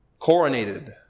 coronated